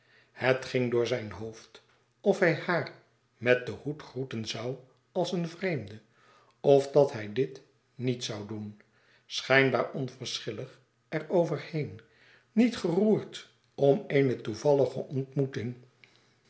het ging door zijn hoofd of hij haar met den hoed groeten zoû als een vreemde of dat hij dit niet zoû doen schijnbaar onverschillig er over heen niet geroerd om eene toevallige ontmoeting